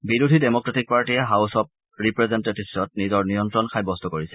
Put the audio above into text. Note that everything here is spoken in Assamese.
বিৰোধী ডেমক্ৰেটিক পাৰ্টিয়ে হাউছ অব ৰিপ্ৰেজেন্টেটিভ্ছত নিজৰ নিয়ন্ত্ৰণ সাব্যস্ত কৰিছে